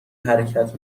حرکت